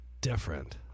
different